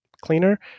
cleaner